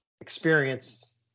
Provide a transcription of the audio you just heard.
experience